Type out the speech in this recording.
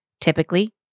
Typically